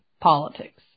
politics